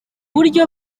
buryo